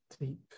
deep